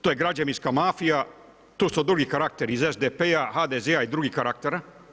To je građevinska mafija, tu su drugi karakteri iz SDP-a, HDZ-a i drugih karaktera.